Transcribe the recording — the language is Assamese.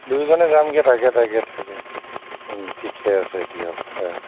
দুয়োযনে যামগৈ তাকে তাকে তাকে ঠিকে আছে দিয়ক